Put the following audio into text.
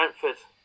Brentford